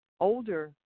Older